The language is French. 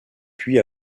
puis